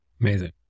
Amazing